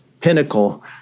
pinnacle